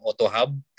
AutoHub